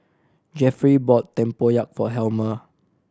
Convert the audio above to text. Jefferey bought tempoyak for Helmer